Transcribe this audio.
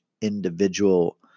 individual